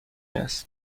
است